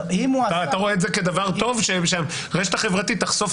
אתה רואה את זה כדבר טוב שהרשת החברתית תחשוף